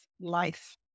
life